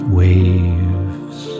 waves